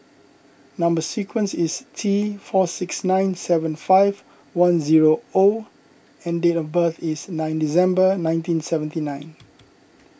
Number Sequence is T four six nine seven five one zero O and date of birth is nine December nineteen seventy nine